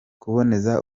kuboneza